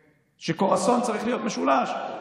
כן, שקרואסון צריך להיות משולש?